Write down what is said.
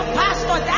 pastor